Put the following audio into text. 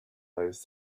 those